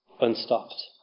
unstopped